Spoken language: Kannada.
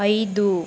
ಐದು